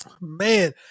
man